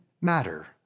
matter